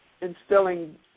Instilling